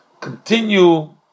Continue